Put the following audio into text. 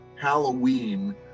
halloween